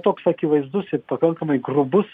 toks akivaizdus ir pakankamai grubus